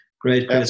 great